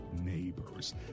neighbors